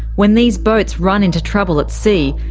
when these boats run into trouble at sea,